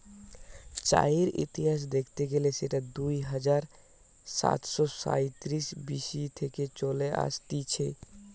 চায়ের ইতিহাস দেখতে গেলে সেটা দুই হাজার সাতশ সাইতিরিশ বি.সি থেকে চলে আসতিছে